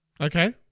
Okay